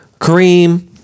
Kareem